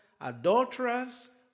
adulterers